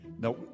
Now